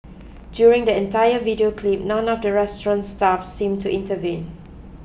during the entire video clip none of the restaurant's staff seem to intervene